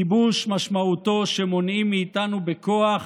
כיבוש משמעותו שמונעים מאיתנו בכוח